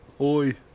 Oi